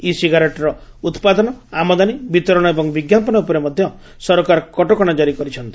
ଇ ସିଗାରେଟ୍ର ଉପାଦନ ଆମଦାନୀ ବିତରଣ ଏବଂ ବିଙ୍କାପନ ଉପରେ ମଧ ସରକାର କଟକଶା ଜାରି କରିଛନ୍ତି